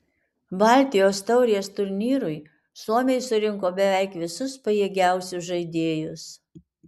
baltijos taurės turnyrui suomiai surinko beveik visus pajėgiausius žaidėjus